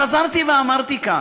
חזרתי ואמרתי כאן,